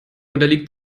unterliegt